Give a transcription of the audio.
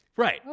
Right